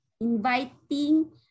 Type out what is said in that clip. inviting